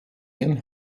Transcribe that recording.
ihren